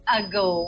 ago